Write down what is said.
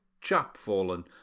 chapfallen